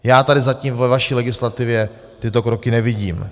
Já tady zatím ve vaší legislativě tyto kroky nevidím.